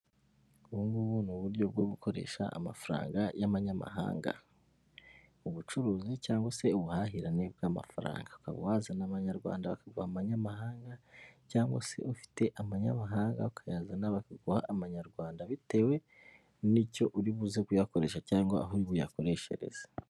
Ubu ngubu ni uburyo bwo gukoresha amafaranga y'abanyamahanga, ubucuruzi cyangwa se ubuhahirane bw'amafaranga, ukaba wazana amanyarwanda bakaguha abanyamahanga cyangwa se ufite amanyamahanga ukayazana bakaguha amanyarwanda, bitewe n'icyo uri buze kuyakoresha cyangwa aho uyakoresherereza.